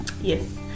Yes